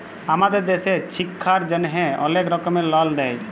আমাদের দ্যাশে ছিক্ষার জ্যনহে অলেক রকমের লল দেয়